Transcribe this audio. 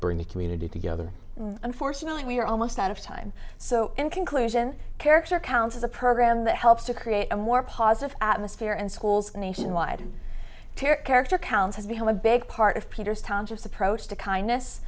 the community together and unfortunately we're almost out of time so in conclusion character counts is a program that helps to create a more positive atmosphere and schools nationwide character count has become a big part of peter's townships approach to kindness